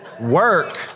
work